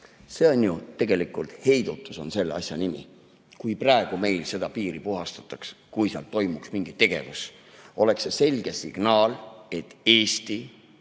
See on ju tegelikult heidutus – see on selle asja nimi. Kui praegu meil piiri puhastataks, kui seal toimuks mingi tegevus, oleks see selge signaal, et Eesti